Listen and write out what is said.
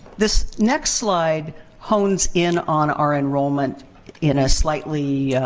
this next slide hones in on our enrollment in a slightly